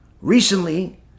Recently